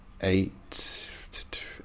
eight